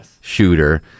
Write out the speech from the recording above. shooter